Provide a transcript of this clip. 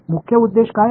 मुख्य उद्देश काय आहे